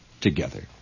together